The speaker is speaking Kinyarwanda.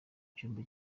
cyumba